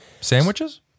Sandwiches